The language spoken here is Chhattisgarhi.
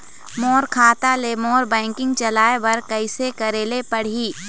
मोर खाता ले मोर बैंकिंग चलाए बर कइसे करेला पढ़ही?